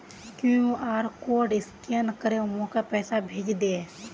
QR code scan करे मोक पैसा भेजे दे